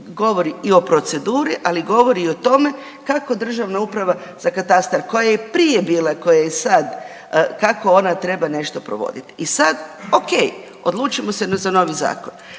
govori i o proceduri, ali govori i o tome kako državna uprava za katastar koja je i prije bila, koja je i sad kako ona treba nešto provoditi. I sad, ok, odlučimo se za novi zakon.